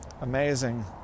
amazing